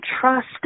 Trust